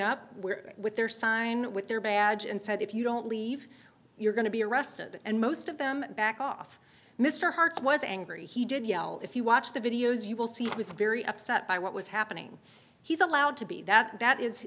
up with their sign with their badge and said if you don't leave you're going to be arrested and most of them back off mr hearts was angry he did yell if you watch the videos you will see it was very upset by what was happening he's allowed to be that that is